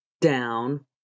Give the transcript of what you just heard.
down